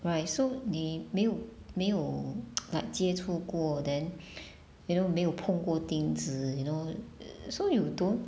right so 你没有没有 like 接触过 then 没有没有碰过钉子 you know so you don't